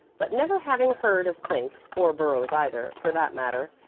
but never having heard of clink, or burrows either, for that matter,